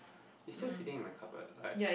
it's still sitting in my cupboard like